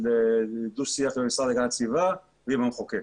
דו שיח עם המשרד להגנת הסביבה ועם המחוקק.